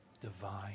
divine